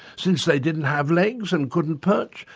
since they didn't have legs and couldn't perch,